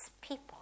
people